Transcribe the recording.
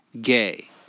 gay